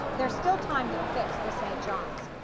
there's still time to fix the st. johns.